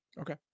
Okay